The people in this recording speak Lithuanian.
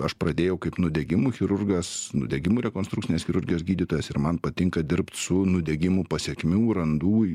aš pradėjau kaip nudegimų chirurgas nudegimų rekonstrukcinės chirurgijos gydytojas ir man patinka dirbt su nudegimų pasekmių randų